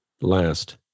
last